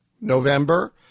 November